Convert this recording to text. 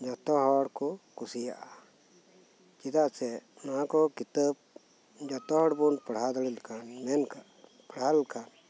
ᱡᱷᱚᱛᱚ ᱦᱚᱲ ᱠᱚ ᱠᱩᱥᱤᱭᱟᱜᱼᱟ ᱪᱮᱫᱟᱜ ᱥᱮ ᱱᱚᱶᱟ ᱠᱚ ᱠᱤᱛᱟᱹᱵᱽ ᱡᱚᱛᱚ ᱦᱚᱲ ᱵᱚᱱ ᱯᱟᱲᱦᱟᱣ ᱫᱟᱲᱮ ᱞᱮᱠᱷᱟᱱ ᱢᱮᱱᱠᱷᱟᱱ ᱯᱟᱲᱦᱟᱣ ᱞᱮᱠᱷᱟᱱ